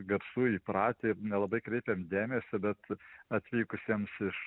garsų įpratę ir nelabai kreipiam dėmesį bet atvykusiems iš